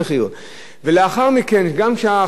גם כשהחנות התעשתה,